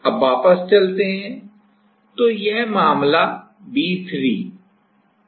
तो यह मामला V3 आउट या Vp जैसा है